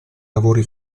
lavori